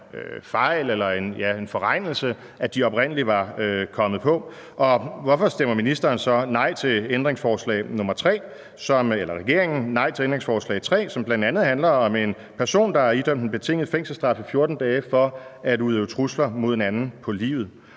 fejl eller en forregnelse, at de oprindeligt var kommet på. Og hvorfor stemmer ministeren, eller regeringen, så nej til ændringsforslag nr. 3, som bl.a. handler om en person, der er idømt en betinget fængselsstraf på 14 dage for at udøve trusler mod en anden på livet?